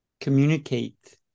communicate